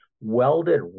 welded